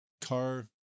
car